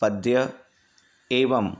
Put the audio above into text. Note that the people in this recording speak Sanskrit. पद्यम् एवम्